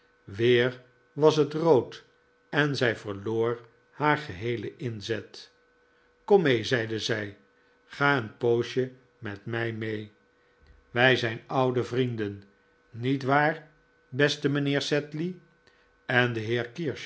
weer was het rood en zij verloor haar geheelen inzet kom mee zeide zij ga een poosje met mij mee wij zijn oude vrienden nietwaar beste mijnheer sedley en de